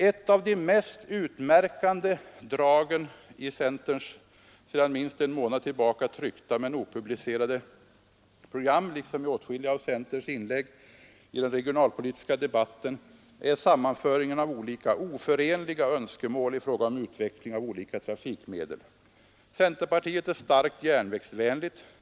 Ett av de mest utmärkande dragen i centerns sedan minst en månad tryckta men opublicerade program, liksom i åtskilliga av centerns inlägg i den regionalpolitiska debatten, är sammanföringen av skilda, oförenliga önskemål i fråga om utveckling av olika trafikmedel. Centerpartiet är starkt järnvägsvänligt.